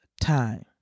time